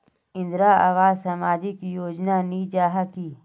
इंदरावास सामाजिक योजना नी जाहा की?